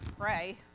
pray